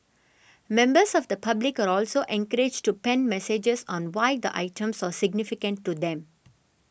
members of the public are also encouraged to pen messages on why the items are significant to them